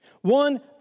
One